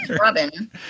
Robin